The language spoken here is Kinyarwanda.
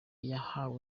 yahawe